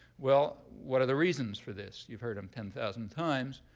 well, what are the reasons for this? you've heard them ten thousand times.